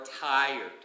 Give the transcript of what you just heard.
tired